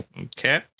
Okay